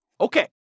Okay